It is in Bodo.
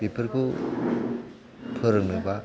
बेफोरखौ फोरोंनोबा